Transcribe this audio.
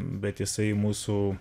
bet jisai mūsų